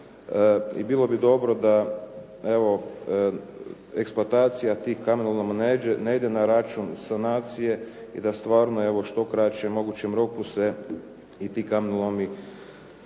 i bilo bi dobro da evo eksploatacija tih kamenoloma ne ide na račun sanacije i da stvarno evo u što kraće mogućem roku se i ti kamenolomi zatvore